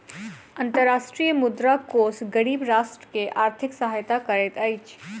अंतर्राष्ट्रीय मुद्रा कोष गरीब राष्ट्र के आर्थिक सहायता करैत अछि